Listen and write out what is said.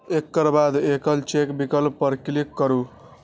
एकर बाद एकल चेक विकल्प पर क्लिक करू